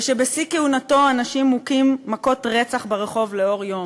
ושבשיא כהונתו אנשים מוכים מכות רצח ברחוב לאור יום.